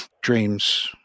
Dreams